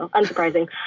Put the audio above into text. and unsurprising,